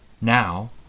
Now